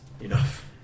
Enough